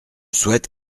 souhaite